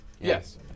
Yes